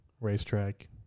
racetrack